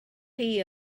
chi